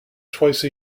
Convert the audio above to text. twice